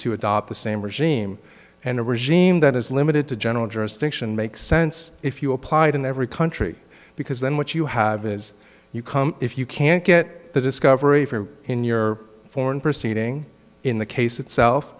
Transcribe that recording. to adopt the same regime and a regime that is limited to general jurisdiction makes sense if you applied in every country because then what you have is you come if you can't get the discovery for in your foreign proceeding in the case itself